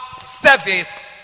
service